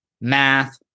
math